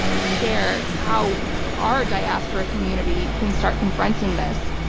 share how our diaspora community can start confronting this.